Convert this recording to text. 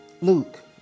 Luke